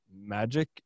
magic